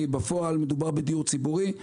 כי בפועל מדובר בדיור ציבורי.